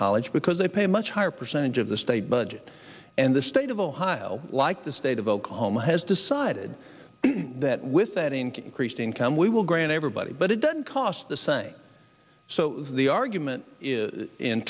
college because they pay much higher percentage of the state budget and the state of ohio like the state of oklahoma has decided that with that increased income we will grant everybody but it doesn't cost the same so the argument is in